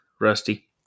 rusty